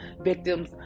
victims